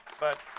but